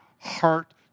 heart